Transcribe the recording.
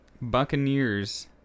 Buccaneers